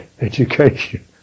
education